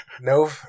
no